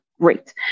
Great